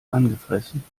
angefressen